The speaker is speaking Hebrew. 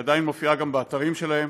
היא עדיין מופיעה גם באתרים שלהם,